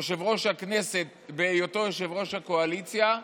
יושב-ראש הכנסת, בהיותו יושב-ראש הקואליציה,